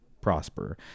prosper